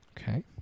Okay